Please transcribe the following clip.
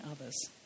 others